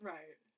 Right